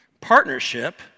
Partnership